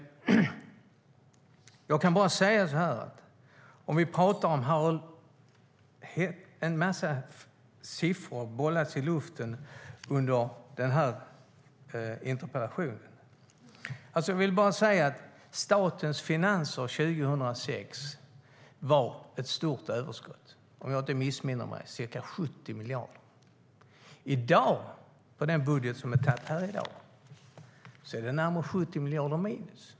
En massa siffror bollas i luften under den här interpellationsdebatten. Jag vill bara säga att i statens finanser 2006 var det ett stort överskott. Om jag inte missminner var det ca 70 miljarder. I dag, med den budget som vi beslutade om i dag, är det närmare 70 miljarder minus.